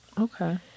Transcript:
Okay